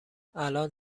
الان